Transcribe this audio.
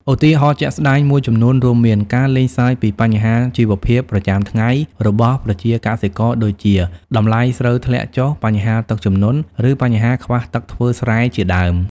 ឧទាហរណ៍ជាក់ស្ដែងមួយចំនួនរួមមាន ការលេងសើចពីបញ្ហាជីវភាពប្រចាំថ្ងៃរបស់ប្រជាកសិករដូចជា តម្លៃស្រូវធ្លាក់ចុះ បញ្ហាទឹកជំនន់ ឬបញ្ហាខ្វះទឹកធ្វើស្រែជាដើម។